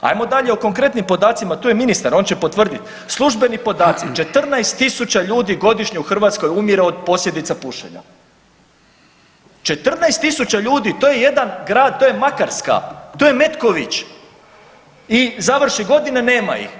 Ajmo dalje o konkretnim podacima tu je ministar on će potvrdit, službeni podaci 14.000 godišnje u Hrvatskoj umire od posljedica pušenja, 14.000 ljudi, to je jedan grad, to je Makarska, to je Metković i završi godina nema ih.